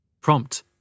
Prompt